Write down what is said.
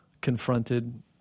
confronted